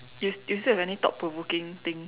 you you still have any thought provoking thing